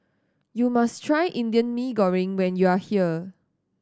you must try Indian Mee Goreng when you are here